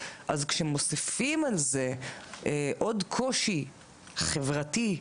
אז כשמוסיפים על זה עוד קושי חברתי,